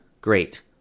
Great